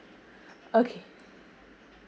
okay